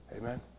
Amen